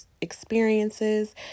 experiences